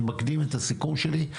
אני מקדים את הסיכום שלי,